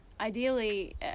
ideally